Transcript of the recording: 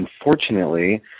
unfortunately